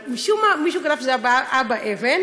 אבל משום מה מישהו כתב שזה אבא אבן,